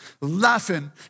laughing